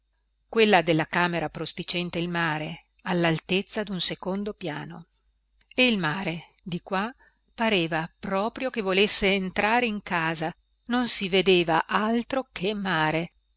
quella della camera prospiciente il mare allaltezza dun secondo piano e il mare di qua pareva proprio che volesse entrare in casa non si vedeva altro che mare